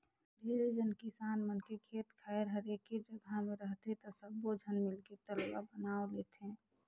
ढेरे झन किसान मन के खेत खायर हर एके जघा मे रहथे त सब्बो झन मिलके तलवा बनवा लेथें